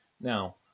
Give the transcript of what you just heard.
Now